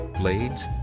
blades